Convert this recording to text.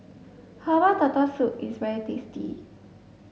herbal turtle soup is very tasty